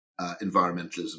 environmentalism